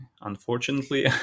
unfortunately